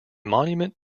monument